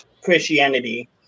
Christianity